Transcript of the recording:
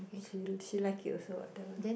she she like it also what that one